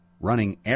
running